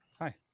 Hi